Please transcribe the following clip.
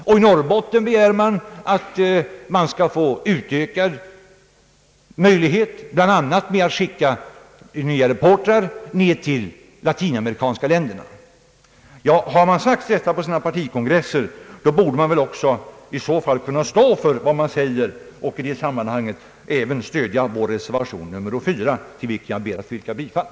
I Norrbotten begärde man att det skulle ges större möjligheter att skicka nya reportrar till de latinamerikanska länderna. Har man gjort sådana uttalanden på distriktskongresserna borde man också kunna stå för det och i detta sammanhang även stödja vår reservation 4, till vilken jag ber att få yrka bifall.